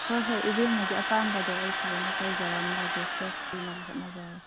ꯍꯣꯏ ꯍꯣꯏ ꯏꯕꯦꯝꯃꯒꯤ ꯑꯄꯥꯝꯕꯗꯣ ꯑꯩ ꯐꯖꯅ ꯇꯧꯖꯔꯝꯃꯂꯒꯦ ꯐ꯭ꯔꯦꯁ ꯄꯤꯅꯕ ꯍꯣꯠꯅꯖꯔꯒꯦ